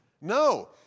No